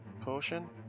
potion